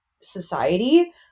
society